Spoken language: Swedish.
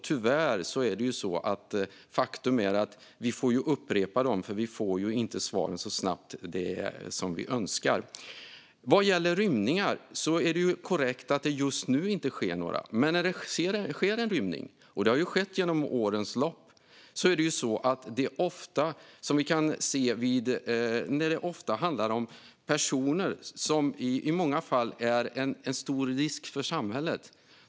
Tyvärr är det ett faktum att vi får upprepa dem eftersom vi inte får svaren så snabbt som vi önskar. När det gäller rymningar är det korrekt att det just nu inte sker några. Men när det sker en rymning, och det har skett under årens lopp, handlar det ofta om personer som i många fall utgör en stor risk för samhället.